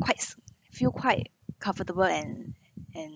quite feel quite comfortable and and